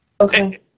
Okay